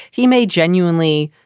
he may genuinely,